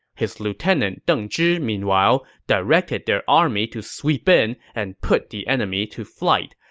his lieutenant deng zhi, meanwhile, directed their army to sweep in and put the enemy to flight.